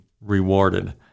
rewarded